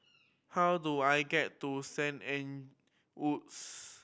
how do I get to Saint Anne Woods